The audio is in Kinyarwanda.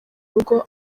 rugo